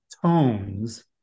tones